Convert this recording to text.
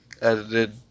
edited